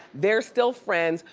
they're still friends,